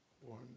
one